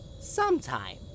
sometime